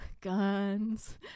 guns